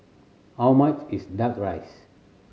how much is Duck Rice